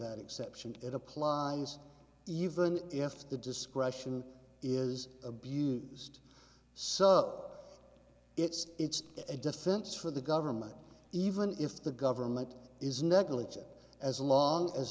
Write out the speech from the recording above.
that exception it applies even if the discretion is abused so it's a defense for the government even if the government is negligent as long as